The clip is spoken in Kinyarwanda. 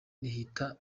rihita